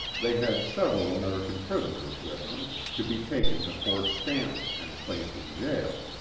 they had several american prisoners with them, to be taken to fort stanton and placed in jail.